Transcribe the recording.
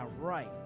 right